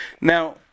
Now